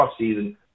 offseason